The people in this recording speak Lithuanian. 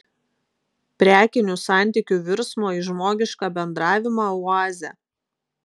prekinių santykių virsmo į žmogišką bendravimą oazė